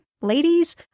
ladies